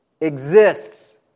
exists